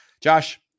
Josh